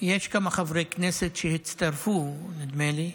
יש כמה חברי כנסת שהצטרפו, נדמה לי,